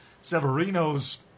Severino's